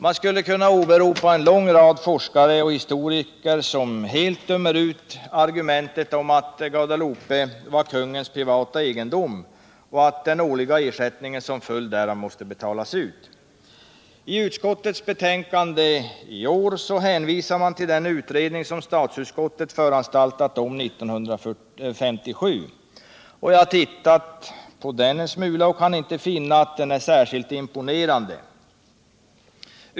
Man skulle kunna åberopa en lång rad forskare och historiker som helt dömer ut argumentet att Guadeloupe var kungens privata egendom och att den årliga ersättningen som följd därav måste betalas ut. I utskottets betänkande i år hänvisar man till den utredning som statsutskottet föranstaltade om 1957. Jag har tittat på den en smula och kan inte finna att den är särskilt imponerande.